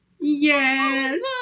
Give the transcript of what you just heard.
Yes